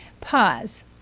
pause